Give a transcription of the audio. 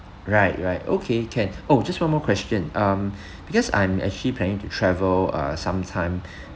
right right okay can oh just one more question um because I'm actually planning to travel uh some time